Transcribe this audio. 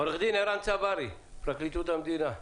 עו"ד ערן צברי, פרקליטות המדינה.